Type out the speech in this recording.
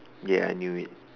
ya I knew it